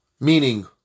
Meaning